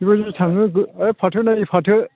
बेबायदि थाङो ओइ फाथो नायै फाथो